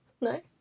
No